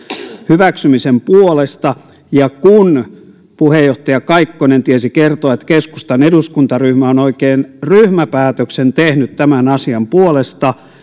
hyväksymisen puolesta ja kun puheenjohtaja kaikkonen tiesi kertoa että keskustan eduskuntaryhmä on oikein ryhmäpäätöksen tehnyt tämän asian puolesta